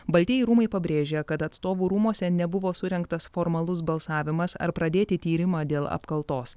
baltieji rūmai pabrėžia kad atstovų rūmuose nebuvo surengtas formalus balsavimas ar pradėti tyrimą dėl apkaltos